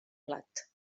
plat